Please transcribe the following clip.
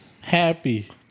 Happy